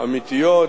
אמיתיות,